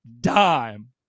dime